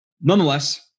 Nonetheless